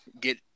get